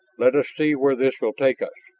let us see where this will take us.